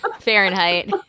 Fahrenheit